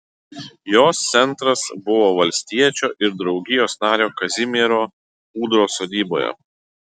jos centras buvo valstiečio ir draugijos nario kazimiero ūdros sodyboje